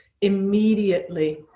immediately